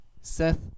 Seth